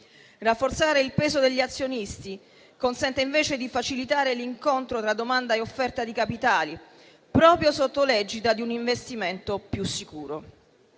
Rafforzare il peso degli azionisti consente invece di facilitare l'incontro tra domanda e offerta di capitali, proprio sotto l'egida di un investimento più sicuro.